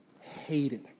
hated